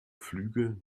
flüge